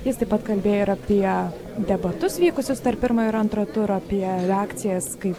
jis taip pat kalbėjo ir apie debatus vykusius tarp pirmo ir antro turo apie reakcijas kai